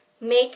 Make